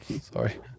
Sorry